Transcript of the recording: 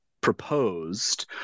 proposed